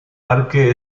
parque